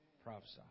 Prophesy